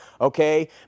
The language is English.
Okay